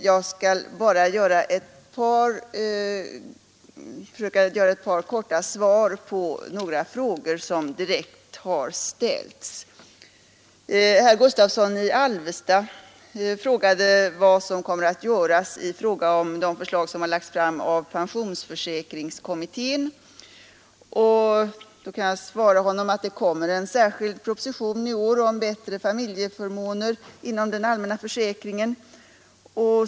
Jag skall dock försöka lämna korta svar på några frågor som ställts i debatten. Herr Gustavsson i Alvesta frågade vad som kommer att göras med anledning av det förslag som lagts fram av pensionsförsäkringskommittén. Jag kan svara att det i vår kommer en särskild proposition om bättre familjeförmåner inom den allmänna försäkringen.